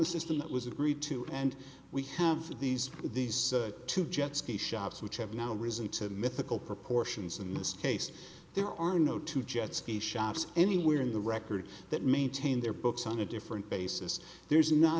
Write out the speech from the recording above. it was agreed to and we have these these two jet ski shops which have now risen to mythical proportions in this case there are no two jet ski shops anywhere in the record that maintain their books on a different basis there's not